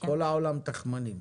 כל העולם תחמנים.